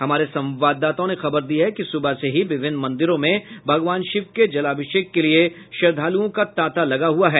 हमारे संवाददाताओं ने खबर दी है कि सुबह से ही विभिन्न मंदिरों में भगवान शिव के जलाभिषेक के लिये श्रद्धालुओं का तांता लगा हुआ है